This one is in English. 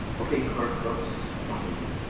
okay, clerk, let's continue.